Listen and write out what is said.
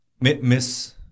miss